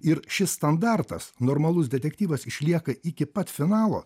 ir šis standartas normalus detektyvas išlieka iki pat finalo